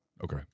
Okay